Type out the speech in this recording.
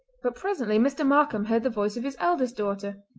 but presently mr. markam heard the voice of his eldest daughter.